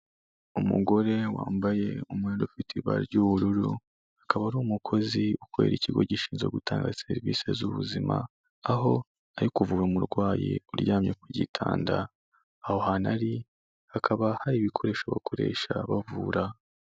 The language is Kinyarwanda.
Umugore wambaye umwenda ufite ibara ry'ubururu, akaba ari umukozi ukorera ikigo gishinzwe gutanga serivisi z'ubuzima, aho ari kuvura umurwayi uryamye ku gitanda, aho hantu ari hakaba hari ibikoresho bakoresha bavura.